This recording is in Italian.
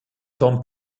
tom